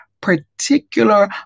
particular